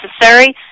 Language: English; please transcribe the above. necessary